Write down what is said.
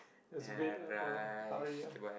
it's a bit of a hurry ah